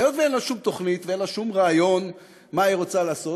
היות שאין לה שום תוכנית ואין לה שום רעיון מה היא רוצה לעשות,